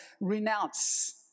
renounce